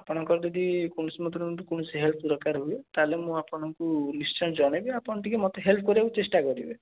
ଆପଣଙ୍କର ଯଦି କୌଣସି ମଧ୍ୟରୁ କୌଣସି ହେଲ୍ପ ଦରକାର ହୁଏ ତା'ହେଲେ ମୁଁ ଆପଣଙ୍କୁ ନିଶ୍ଚୟ ଜଣାଇବି ଆପଣ ଟିକିଏ ମୋତେ ହେଲ୍ପ କରିବାକୁ ଚେଷ୍ଟାକରିବେ